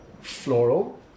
floral